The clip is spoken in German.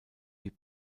die